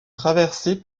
traversée